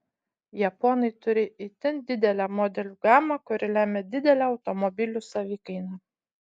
japonai turi itin didelę modelių gamą kuri lemią didelę automobilių savikainą